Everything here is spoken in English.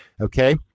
okay